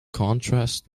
contrast